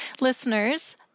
Listeners